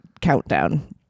Countdown